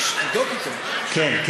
תבדוק, כן.